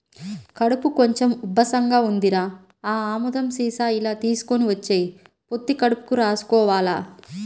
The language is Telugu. కడుపు కొంచెం ఉబ్బసంగా ఉందిరా, ఆ ఆముదం సీసా ఇలా తీసుకొని వచ్చెయ్, పొత్తి కడుపుకి రాసుకోవాల